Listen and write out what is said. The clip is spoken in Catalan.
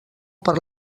per